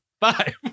five